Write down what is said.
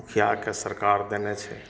मुखियाके सरकार देने छै